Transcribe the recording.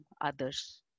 others